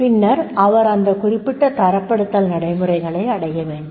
பின்னர் அவர் அந்த குறிப்பிட்ட தரப்படுத்தல் நடைமுறைகளை அடைய வேண்டும்